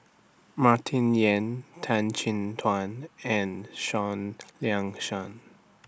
Martin Yan Tan Chin Tuan and Seah Liang Seah